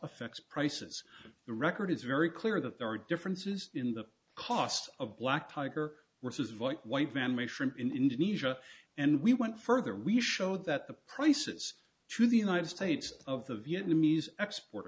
affects prices the record is very clear that there are differences in the cost of black tiger woods is vital white van made shrimp in indonesia and we went further we show that the prices through the united states of the vietnamese export